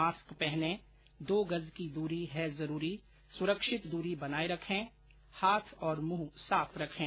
mask पहनें दो गज की दूरी है जरूरी सुरक्षित दूरी बनाए रखे हाथ और मुंह साफ रखें